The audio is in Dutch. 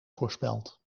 voorspeld